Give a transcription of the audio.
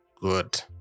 good